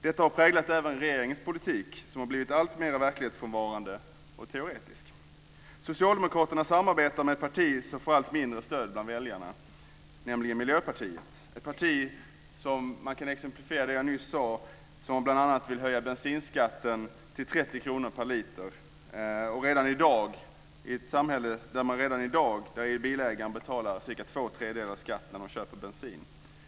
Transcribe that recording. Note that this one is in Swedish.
Detta har präglat även regeringens politik, som blivit alltmera verklighetsfrånvarande och teoretisk. Socialdemokraterna samarbetar med ett parti som får allt mindre stöd av väljarna, nämligen Miljöpartiet, ett parti som exemplifierar det jag nyss sade. Man vill bl.a. höja bensinskatten till 30 kr per liter i ett samhälle där bilägaren redan i dag betalar cirka två tredjedelar i skatt när man köper bensin.